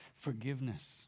Forgiveness